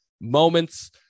moments